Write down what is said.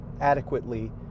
adequately